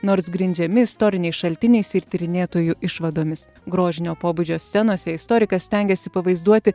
nors grindžiami istoriniais šaltiniais ir tyrinėtojų išvadomis grožinio pobūdžio scenose istorikas stengiasi pavaizduoti